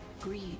Greed